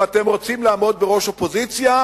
אם אתם רוצים לעמוד בראש אופוזיציה,